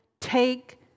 take